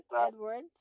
Edwards